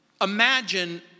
imagine